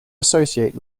associate